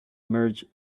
merge